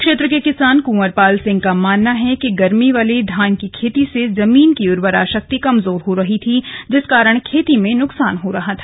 क्षेत्र के किसान कुंवर पाल सिंह का मानना है गर्मी वाले धान की खेती से जमीन की उर्वरा शक्ति कमजोर हो रही थी जिस कारण खेती में नुकसान हो रहा था